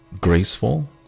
graceful